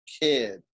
kid